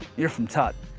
you're from tut,